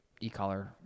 e-collar